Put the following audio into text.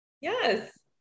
yes